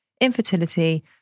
infertility